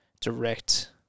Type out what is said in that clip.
direct